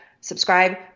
subscribe